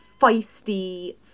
feisty